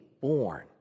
born